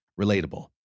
relatable